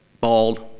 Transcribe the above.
bald